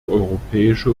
europäische